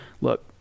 look